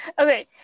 Okay